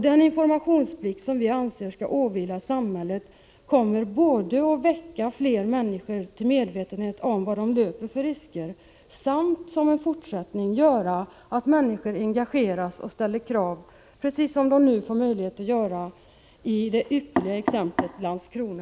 Den informationsplikt som vi anser skall åvila samhället kommer både att väcka fler människor till medvetenhet om vilka risker de löper och som en fortsättning medföra att människor engageras och ställer krav, precis som de nu får möjlighet att göra i exemplet Landskrona.